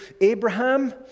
Abraham